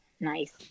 Nice